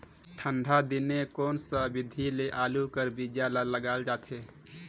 ठंडा दिने कोन सा विधि ले आलू कर बीजा ल लगाल जाथे?